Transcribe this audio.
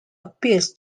appears